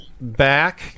back